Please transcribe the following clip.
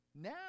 Now